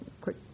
quick